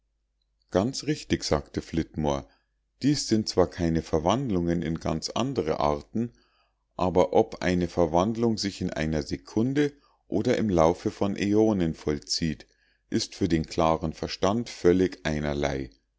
ganz richtig sagte flitmore dies sind nun zwar keine verwandlungen in ganz andre arten aber ob eine verwandlung sich in einer sekunde oder im laufe von äonen vollzieht ist für den klaren verstand völlig einerlei